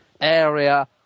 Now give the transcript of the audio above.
area